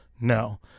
No